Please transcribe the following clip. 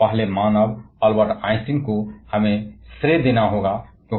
और पहले मानव को हमें अल्बर्ट आइंस्टीन को भुगतान करना होगा